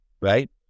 right